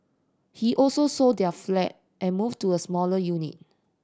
he also sold their flat and moved to a smaller unit